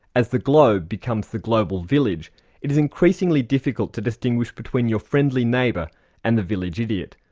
as the globe becomes the global village it is increasingly difficult to distinguish between your friendly neighbour and the village idiot.